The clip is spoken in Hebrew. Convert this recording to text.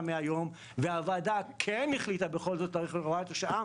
מהיום והוועדה כן החליטה בכל זאת להאריך את הוראת השעה,